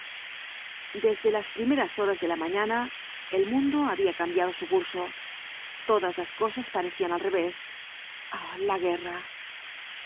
desde las primeras horas de la mañana el mundo había cambiado su curso todas las cosas parecían al revés ay la guerra